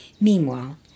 Meanwhile